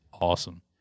awesome